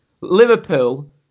Liverpool